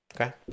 okay